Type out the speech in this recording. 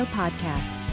podcast